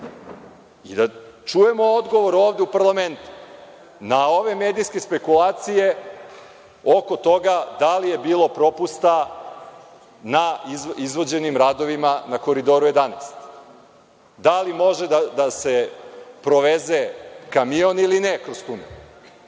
i da čujemo odgovor ovde u parlamentu na ove medijske spekulacije oko toga da li je bilo propusta na izvođenim radovima na Koridoru 11? Da li može da se proveze kamion ili ne kroz tunel?